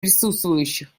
присутствующих